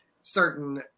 certain